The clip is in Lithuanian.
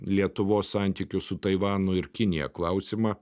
lietuvos santykius su taivanu ir kinija klausimą